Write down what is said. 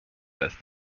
with